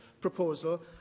proposal